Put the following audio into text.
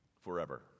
forever